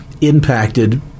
impacted